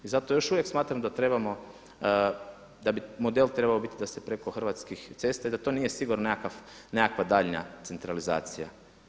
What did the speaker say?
I zato još uvijek smatram da trebamo, da bi model trebao biti da se preko Hrvatskih cesta i da to nije sigurno nekakva daljnja centralizacija.